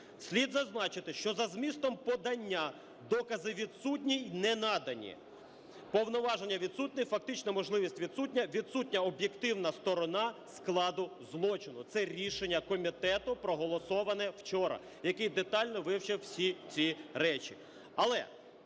"Слід зазначити, що за змістом подання докази відсутні і не надані. Повноваження відсутні, фактична можливість відсутня, відсутня об'єктивна сторона складу злочину". Це рішення комітету проголосоване вчора, який детально вивчив всі ці речі.